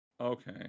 Okay